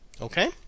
Okay